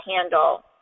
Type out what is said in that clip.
handle